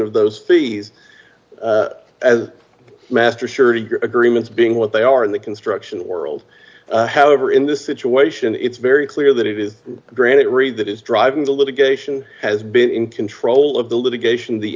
of those fees as master surety agreements being what they are in the construction world however in this situation it's very clear that it is granite reed that is driving the litigation has been in control of the litigation the